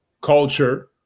culture